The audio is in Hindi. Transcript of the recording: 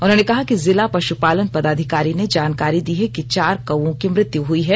उन्होंने कहा कि जिला पशुपालन पदाधिकारी ने जानकारी दी है कि चार कौओं की मृत्यु हुई है